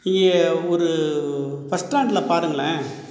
இங்கே ஒரு பஸ் ஸ்டாண்ட்டில் பாருங்களேன்